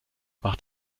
macht